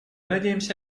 надеемся